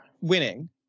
Winning